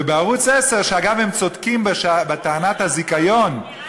ובערוץ 10, שאגב הם צודקים בטענת הזיכיון,